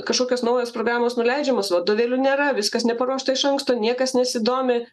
kažkokios naujos programos nuleidžiamos vadovėlių nėra viskas neparuošta iš anksto niekas nesidomi